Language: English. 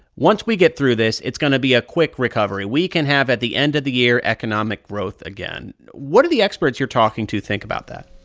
once we get through this, it's going to be a quick recovery. we can have at the end of the year economic growth again. what are the experts you're talking to think about that?